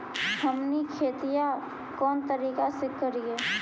हमनी खेतीया कोन तरीका से करीय?